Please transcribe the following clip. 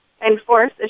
enforce